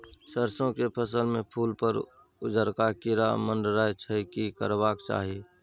सरसो के फसल में फूल पर उजरका कीरा मंडराय छै की करबाक चाही?